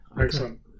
Excellent